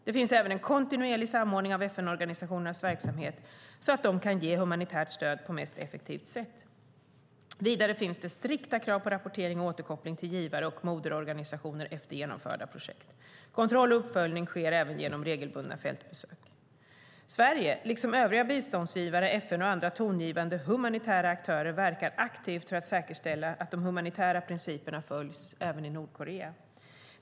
Det finns även en kontinuerlig samordning av FN-organisationernas verksamhet så att de kan ge humanitärt stöd på mest effektiva sätt. Vidare finns det strikta krav på rapportering och återkoppling till givare och moderorganisationer efter genomförda projekt. Kontroll och uppföljning sker även genom regelbundna fältbesök. Sverige, liksom övriga biståndsgivare, FN och andra tongivande humanitära aktörer, verkar aktivt för att säkerställa att de humanitära principerna följs även i Nordkorea.